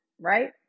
right